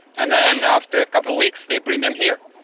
and then after a couple of weeks they bring them here.